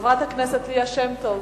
חברת הכנסת ליה שמטוב.